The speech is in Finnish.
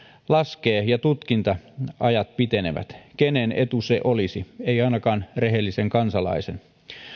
laskee ja tutkinta ajat pitenevät kenen etu se olisi ei ainakaan rehellisen kansalaisen